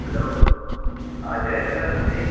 हलो हा जय झूलेलाल दादी